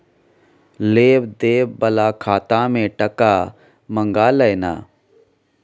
लेब देब बला खाता मे टका मँगा लय ना